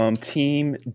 Team